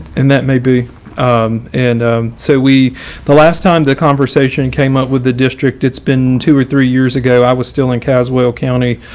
and that may be and so we the last time the conversation came up with the district it's been two or three years ago, i was still in caswell county.